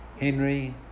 Henry